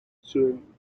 ensuing